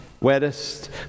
wettest